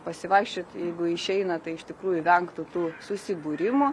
pasivaikščiot jeigu išeina tai iš tikrųjų vengtų tų susibūrimų